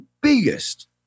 biggest